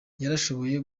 yarashoboye